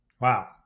Wow